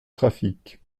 trafic